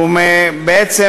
והוא בעצם,